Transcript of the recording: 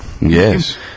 Yes